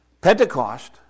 Pentecost